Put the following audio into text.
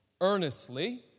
Earnestly